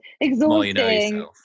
exhausting